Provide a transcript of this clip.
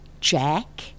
Jack